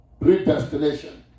Predestination